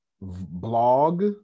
blog